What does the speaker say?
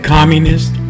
Communist